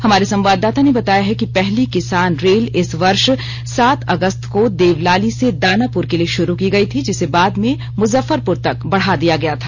हमारे संवाददाता ने बताया है कि पहली किसान रेल इस वर्ष सात अगस्त को देवलाली से दानापुर के लिए शुरू की गई थी जिसे बाद में मुजफ्फरपुर तक बढा दिया गया था